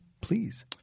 please